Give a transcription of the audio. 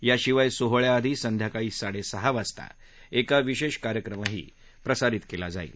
याशिवाय सोहळ्याआधी संध्याकाळी साडेसहा वाजता एक विशेष कार्यक्रमही प्रसारीत केला जाणार आहे